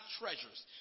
treasures